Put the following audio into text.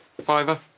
fiver